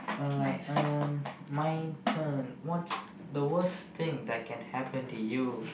alright um my turn what's the worst thing that can happen to you